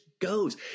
Goes